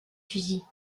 fusils